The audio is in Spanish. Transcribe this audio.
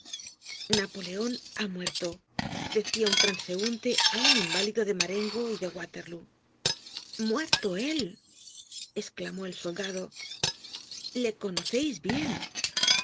napoleon ha muerto decia un transeunte á un inválido de marengo y de waterlóo muerto él esclamó el soldado le conoceis bien